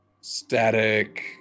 static